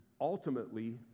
Ultimately